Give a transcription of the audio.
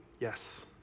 yes